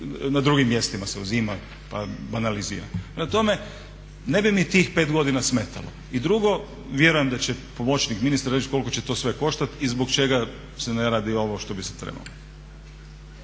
na drugim mjestima se uzima, pa banaliziram. Prema tome, ne bi mi tih pet godina smetalo. I drugo, vjerujem da će pomoćnik ministra reći koliko će to sve koštati i zbog čega se ne radi ovo što bi se trebalo.